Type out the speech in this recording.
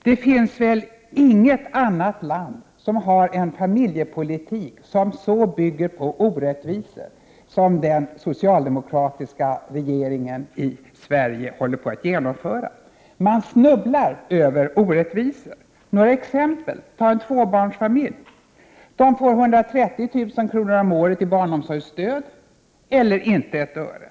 Det finns väl inget annat land som har en familjepolitik som så bygger på orättvisor som den som den socialdemokratiska regeringen i Sverige håller på att genomföra. Man snubblar över orättvisor. Låt mig ge några exempel. En tvåbarnsfamilj får 130 000 kr. om året i barnomsorgsstöd eller inte ett öre.